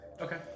Okay